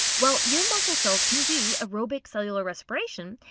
while your muscle cells can do aerobic cellular respiration,